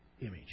image